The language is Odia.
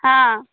ହଁ